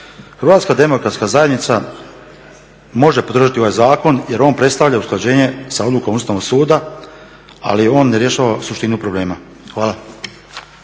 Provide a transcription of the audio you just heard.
Hrvatska demokratska zajednica može podržati ovaj zakon jer on predstavlja usklađenje sa odlukom Ustavnog suda, ali on ne rješava suštinu problema. Hvala.